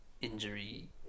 injury